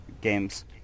games